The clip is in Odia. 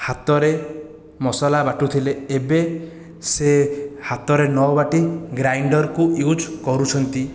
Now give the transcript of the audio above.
ହାତରେ ମସଲା ବାଟୁଥିଲେ ଏବେ ସେ ହାତରେ ନ ବାଟି ଗ୍ରାଇଣ୍ଡରକୁ ଇଉଜ୍ କରୁଛନ୍ତି